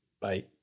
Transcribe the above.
Bye